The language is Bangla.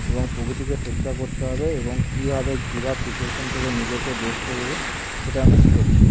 এবং প্রকৃতিকে শ্রদ্ধা করতে হবে এবং কীভাবে কি ভাব সিচুয়েশন থেকে নিজেকে বের করবো সেটা আমি শিখেছি